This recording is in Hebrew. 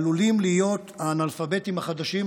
עלולים להיות האנאלפביתים החדשים,